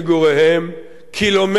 קילומטרים אחדים,